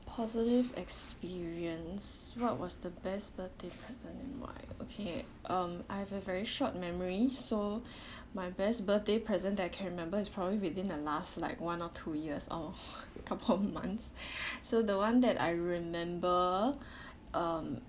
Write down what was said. positive experience what was the best birthday present okay um I've a very short memory so my best birthday present I can remember is probably within the last like one or two years or a couple of months so the one that I remember um